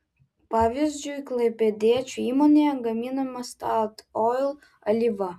pavyzdžiui klaipėdiečių įmonėje gaminama statoil alyva